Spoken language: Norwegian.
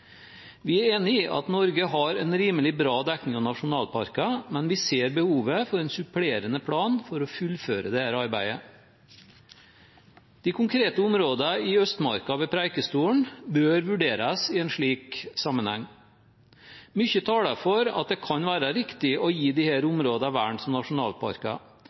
Vi er enig i at Norge har en rimelig bra dekning av nasjonalparker, men vi ser behovet for en supplerende plan for å fullføre dette arbeidet. De konkrete områdene i Østmarka og ved Preikestolen bør vurderes i en slik sammenheng. Mye taler for at det kan være riktig å gi disse områdene vern som nasjonalparker,